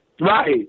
Right